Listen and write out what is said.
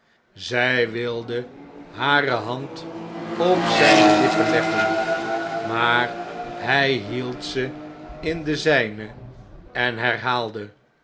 zij wilde hare hand op zjne lippen leggen maar hjj hield ze in de zijnen en herhaalde